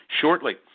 shortly